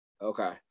Okay